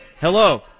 hello